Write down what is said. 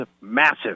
massive